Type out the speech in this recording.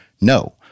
No